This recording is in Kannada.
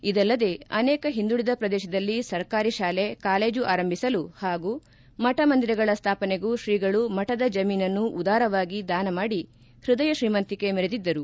ಇದಲ್ಲದೆ ಅನೇಕ ಹಿಂದುಳಿದ ಪ್ರದೇಶದಲ್ಲಿ ಸರ್ಕಾರಿ ಶಾಲೆ ಕಾಲೇಜು ಆರಂಭಿಸಲು ಹಾಗೂ ಮಠ ಮಂದಿರಗಳ ಸ್ಥಾಪನೆಗೂ ಶ್ರೀಗಳು ಮಠದ ಜಮೀನನ್ನೂ ಉದಾರವಾಗಿ ದಾನ ಮಾಡಿ ಪ್ಯದಯ ಶ್ರೀಮಂತಿಕೆ ಮೆರೆದಿದ್ದರು